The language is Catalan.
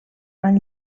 van